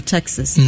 Texas